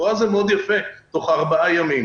לכאורה זה יפה מאוד, תוך ארבעה ימים.